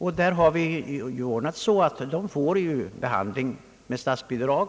Detta har ordnats så att de med stöd av statsbidrag